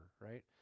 right